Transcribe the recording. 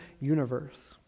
universe